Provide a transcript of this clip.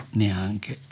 neanche